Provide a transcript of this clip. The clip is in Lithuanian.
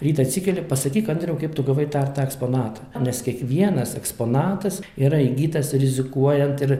rytą atsikeli pasakyk andriau kaip tu gavai tą ir tą eksponatą nes kiekvienas eksponatas yra įgytas rizikuojant ir